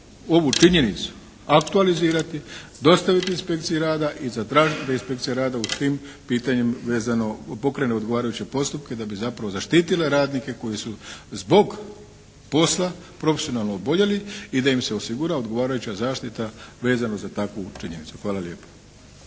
ovu činjenicu aktualizirati, dostaviti inspekciji rada i zatražiti da inspekcija rada da u svim pitanjima vezano, pokrenu odgovarajuće postupke da bi zapravo zaštitile radnike koji su zbog posla profesionalno oboljeli i da im se osigura odgovarajuća zaštita vezano za takvu činjenicu. Hvala lijepo.